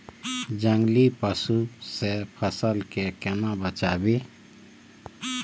जंगली पसु से फसल के केना बचावी?